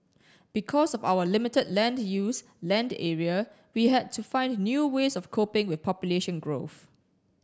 because of our limited land use land area we had to find new ways of coping with population growth